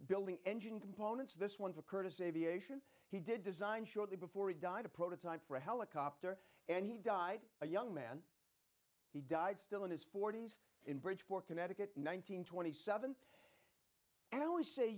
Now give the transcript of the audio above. building engine components this one for curtis aviation he did design shortly before he died a prototype for a helicopter and he died a young man he died still in his forty's in bridgeport connecticut nine hundred and twenty seven and i always say